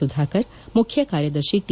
ಸುಧಾಕರ್ ಮುಖ್ಯ ಕಾರ್ಯದರ್ಶಿ ಟಿ